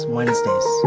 Wednesdays